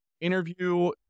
interview